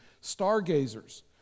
stargazers